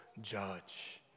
judge